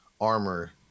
Armor